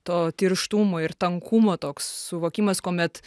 to tirštumo ir tankumo toks suvokimas kuomet